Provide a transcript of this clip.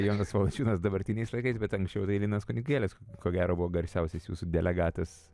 jonas valančiūnas dabartiniais laikais bet anksčiau tai linas kunigėlis ko gero buvo garsiausias jūsų delegatas